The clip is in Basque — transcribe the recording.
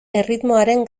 erritmoaren